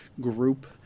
group